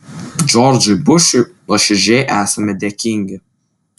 džordžui bušui nuoširdžiai esame dėkingi